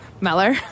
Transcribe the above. Meller